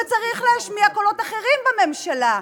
וצריך להשמיע קולות אחרים בממשלה.